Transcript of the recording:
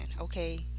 Okay